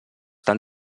tan